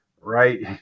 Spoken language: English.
right